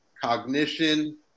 cognition